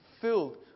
filled